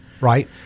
Right